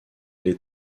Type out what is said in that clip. les